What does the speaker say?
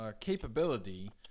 capability